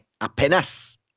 apenas